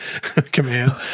command